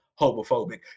homophobic